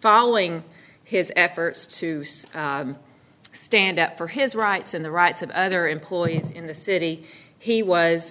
following his efforts to stand up for his rights in the rights of other employees in the city he was